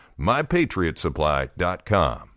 MyPatriotSupply.com